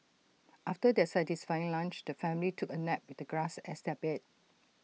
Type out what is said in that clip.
after their satisfying lunch the family took A nap with the grass as their bed